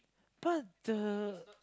but the